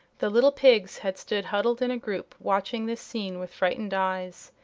the little pigs had stood huddled in a group, watching this scene with frightened eyes.